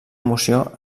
emoció